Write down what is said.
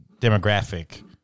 demographic